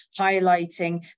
highlighting